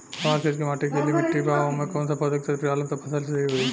हमार खेत के माटी गीली मिट्टी बा ओमे कौन सा पोशक तत्व डालम त फसल सही होई?